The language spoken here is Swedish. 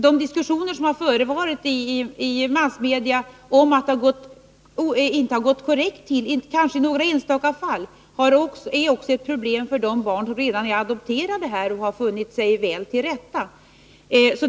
De diskussioner som förekommit i massmedia om att det i några enstaka fall inte gått korrekt till är ett problem också för de barn som redan är adopterade här och har funnit sig väl till rätta.